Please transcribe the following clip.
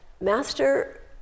Master